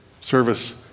service